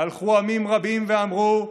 והלכו עמים רבים ואמרו: